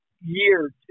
year